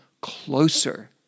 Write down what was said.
closer